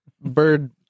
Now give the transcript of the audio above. Bird